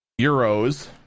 euros